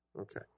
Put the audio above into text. Okay